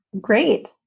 Great